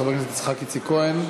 חבר הכנסת יצחק איציק כהן.